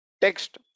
text